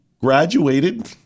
graduated